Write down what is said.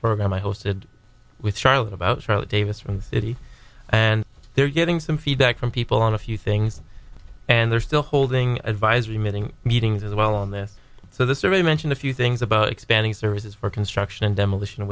program i hosted with charlotte about troy davis from the city and they're getting some feedback from people on a few things and they're still holding advisory meeting meetings as well on this so the survey mentioned a few things about expanding services for construction and demolition